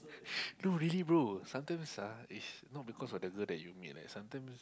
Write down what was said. no really bro sometimes ah it's not because of the girl that you meet eh sometimes